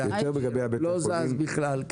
לא זז בכלל.